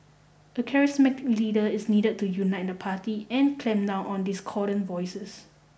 a charismatic leader is needed to unite the party and clamp down on discordant voices